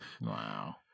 Wow